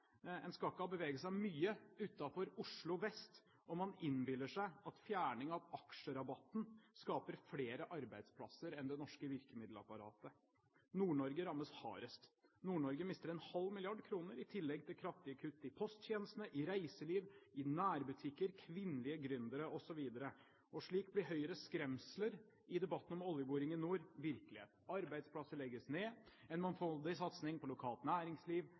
Man skal ikke bevege seg så mye utenfor Oslo Vest om man innbiller seg at fjerning av aksjerabatten skaper flere arbeidsplasser enn det norske virkemiddelapparatet. Nord-Norge rammes hardest. Nord-Norge mister 0,5 mrd. kr i tillegg til kraftige kutt i posttjenestene, i reiseliv, i nærbutikker, i antallet kvinnelige gründere, osv. Og slik blir Høyres skremsler i debatten om oljeboring i nord virkelighet. Arbeidsplasser legges ned, en mangfoldig satsing på lokalt næringsliv,